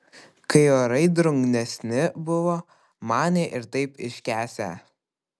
kai orai drungnesni buvo manė ir taip iškęsią